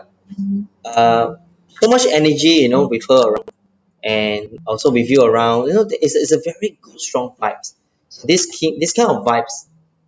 uh so much energy you know with her around and also with you around you know there it's a it's a very good strong vibes this team this kind of vibes